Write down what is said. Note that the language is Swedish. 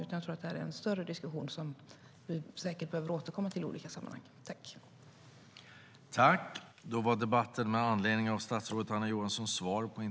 Jag tror att det här är en större diskussion som vi säkert behöver återkomma till i olika sammanhang.